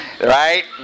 right